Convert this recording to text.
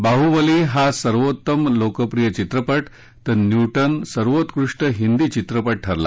बाह्बली हा सर्वोत्तम लोकप्रिय चित्रपट तर न्यूटन सर्वोत्कृष्ट हिंदी चित्रपट ठरला